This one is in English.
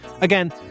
Again